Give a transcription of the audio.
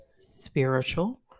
spiritual